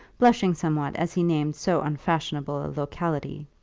blushing somewhat as he named so unfashionable a locality.